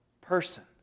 person